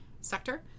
sector